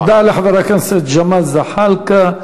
תודה לחבר הכנסת ג'מאל זחאלקה.